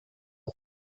und